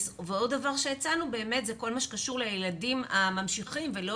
ועוד דבר שהצענו באמת זה כל מה שקשור לילדים הממשיכים ולא